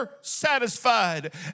satisfied